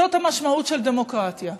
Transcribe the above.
זאת המשמעות של דמוקרטיה.